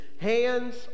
hands